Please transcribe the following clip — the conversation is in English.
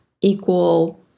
equal